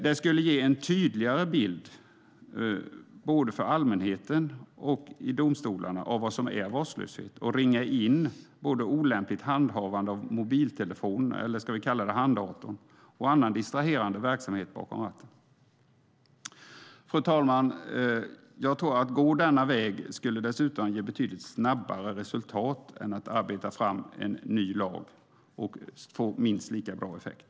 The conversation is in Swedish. Det skulle ge en tydligare bild både för allmänheten och för domstolarna av vad som är vårdslöshet och ringa in både olämpligt handhavande av mobiltelefon eller handdator, som man kan kalla den, och annan distraherande verksamhet bakom ratten. Fru talman! Att gå denna väg tror jag dessutom skulle ge betydligt snabbare resultat än att arbeta fram en ny lag och få minst lika bra effekt.